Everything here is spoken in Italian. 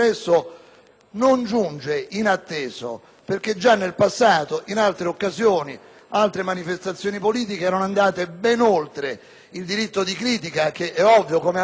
non giunge inatteso: già in passato, in altre occasioni, altre manifestazioni politiche erano andate ben oltre il diritto di critica che, ovviamente, come detto